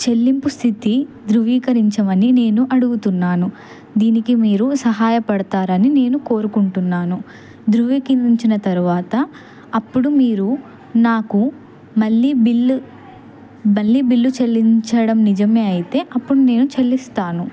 చెల్లింపు స్థితి ధృవీకరించమని నేను అడుగుతున్నాను దీనికి మీరు సహాయపడతారని నేను కోరుకుంటున్నాను ధృవీకరించిన తర్వాత అప్పుడు మీరు నాకు మళ్ళీ బిల్లు మళ్ళీ బిల్లు చెల్లించడం నిజమే అయితే అప్పుడు నేను చెల్లిస్తాను